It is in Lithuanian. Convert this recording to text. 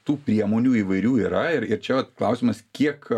tų priemonių įvairių yra ir ir čia vat klausimas kiek